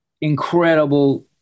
incredible